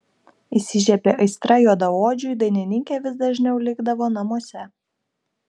įsižiebė aistra juodaodžiui dainininkė vis dažniau likdavo namuose